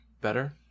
better